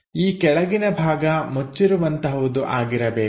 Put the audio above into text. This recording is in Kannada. ಈ ಕೆಳಗಿನ ಭಾಗ ಮುಚ್ಚಿರುವಂತಹುದು ಆಗಿರಬೇಕು